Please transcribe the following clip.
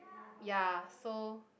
ya so